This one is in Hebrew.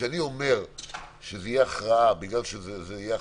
כשאני אומר שזה יהיה הכרעה של קצין,